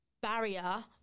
barrier